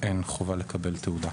מילא הצולל,